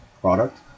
product